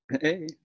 Hey